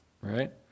right